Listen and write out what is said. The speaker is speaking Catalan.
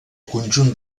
conjunt